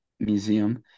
museum